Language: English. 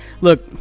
look